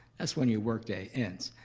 that's when your workday ends.